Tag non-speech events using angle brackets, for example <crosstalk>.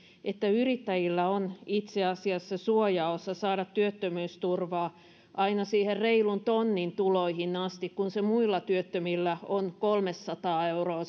että yrittäjillä on itse asiassa suojaosa saada työttömyysturvaa aina siihen reilun tonnin tuloihin asti kun se suojaosan osuus muilla työttömillä on kolmesataa euroa <unintelligible>